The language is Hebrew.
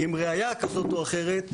עם ראיה כזו או אחרת,